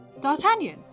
D'Artagnan